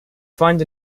find